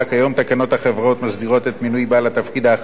כיום תקנות החברות מסדירות את מינוי בעל התפקיד האחראי